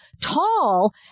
tall